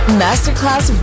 masterclass